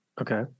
Okay